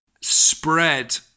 spread